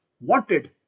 wanted